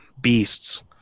Beasts